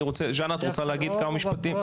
ז'אנה את רוצה להגיד עוד